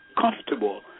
comfortable